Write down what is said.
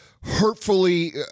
hurtfully